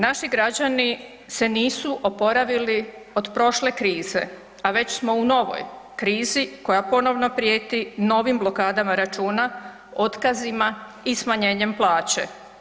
Naši građani se nisu oporavili od prošle krize, a već smo u novoj krizi koja ponovno prijeti novim blokadama računa, otkazima i smanjenjem plaće.